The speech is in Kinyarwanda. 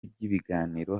ry’ibiganiro